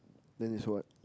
then is what